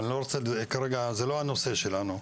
אבל כרגע זה לא הנושא שלנו,